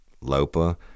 Lopa